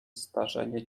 zdarzenie